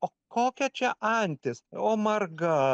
o kokia čia antis o marga